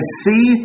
see